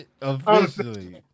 Officially